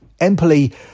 Empoli